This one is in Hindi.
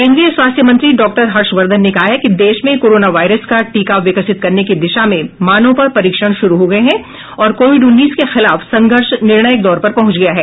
केंद्रीय स्वास्थ्य मंत्री डॉ हर्ष वर्धन ने कहा है कि देश में कोरोना वायरस का टीका विकसित करने की दिशा में मानव पर परीक्षण शुरू हो गये हैं और कोविड उन्नीस के खिलाफ संघर्ष निर्णायक दौर पर पहुंच गया है